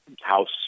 house